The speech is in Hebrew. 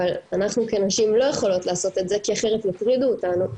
אבל אנחנו כנשים לא יכולות לעשות את זה כי אחרת יטרידו אותנו,